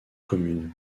communes